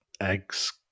eggs